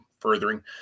furthering